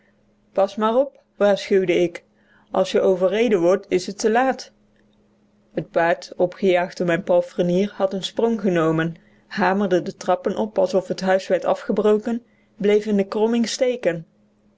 pas maar op waarschuwde ik als je overreden wordt is t te laat het paard opgejaagd door mijn palfrenier had een sprong genomen hamerde de trappen op alsof het huis werd afgebroken bleef in de kromming steken